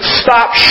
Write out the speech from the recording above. stop